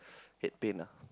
head pain ah